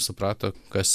suprato kas